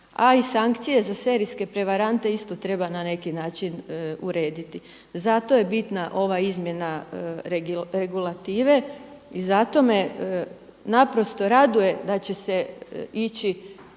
a i sankcije za serijske prevarante isto treba na neki način urediti. Zato je bitna ova izmjena regulative i zato me naprosto raduje da će se ići